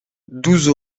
douze